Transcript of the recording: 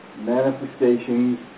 manifestations